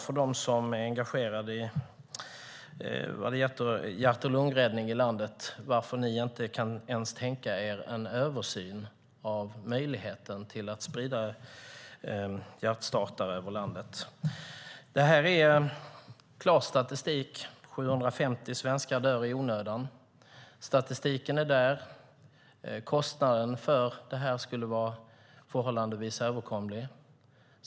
För dem som är engagerade i hjärt och lungräddning i landet kan det vara bra att veta varför ni inte ens kan tänka er en översyn av möjligheten att sprida hjärtstartare över landet. Det finns klar statistik. 750 svenskar dör i onödan. Kostnaden för detta är förhållandevis överkomlig.